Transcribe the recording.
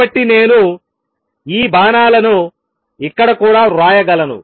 కాబట్టి నేను ఈ బాణాలను ఇక్కడ కూడా వ్రాయగలను